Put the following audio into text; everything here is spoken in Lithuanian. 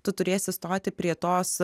tu turėsi stoti prie tos